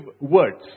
words